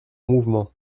mouvement